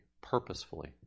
purposefully